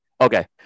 Okay